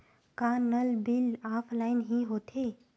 का नल bill offline हि होथे?